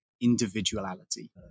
individuality